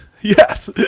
yes